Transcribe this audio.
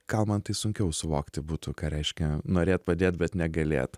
gal man tai sunkiau suvokti būtų ką reiškia norėt padėt bet negalėt